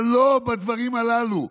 אבל לא בדברים הללו.